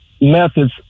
methods